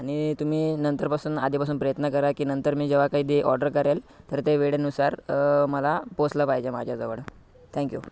आणि तुम्ही नंतरपासून आधीपासून प्रयत्न करा की नंतर मी जेव्हा कधी ऑर्डर करेन तर ते वेळेनुसार मला पोचलं पाहिजे माझ्याजवळ थँक्यू